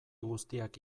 guztiak